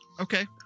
Okay